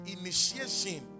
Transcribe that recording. initiation